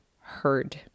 heard